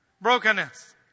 Brokenness